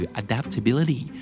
adaptability